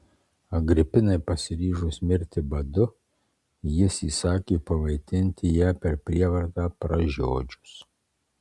agripinai pasiryžus mirti badu jis įsakė pamaitinti ją per prievartą pražiodžius